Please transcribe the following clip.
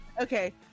okay